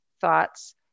thoughts